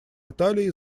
италии